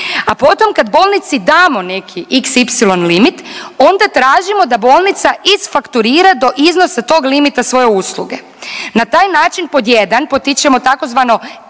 a potom kad bolnici damo neki xy limit onda tražimo da bolnica isfakturira do iznosa tog limita svoje usluge. Na taj način pod jedan potičemo tzv.